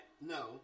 no